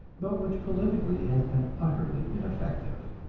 but which politically has been utterly ineffective.